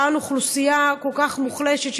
אותה אוכלוסייה כל כך מוחלשת,